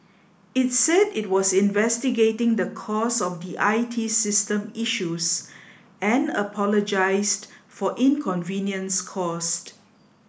it said it was investigating the cause of the I T system issues and apologised for inconvenience caused